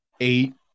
Eight